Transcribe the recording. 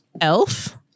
Elf